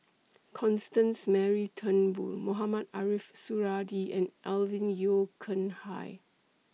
Constance Mary Turnbull Mohamed Ariff Suradi and Alvin Yeo Khirn Hai